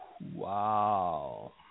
Wow